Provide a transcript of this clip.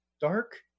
dark